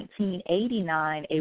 1989